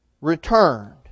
returned